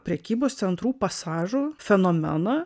prekybos centrų pasažų fenomeną